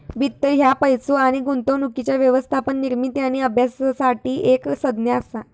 वित्त ह्या पैसो आणि गुंतवणुकीच्या व्यवस्थापन, निर्मिती आणि अभ्यासासाठी एक संज्ञा असा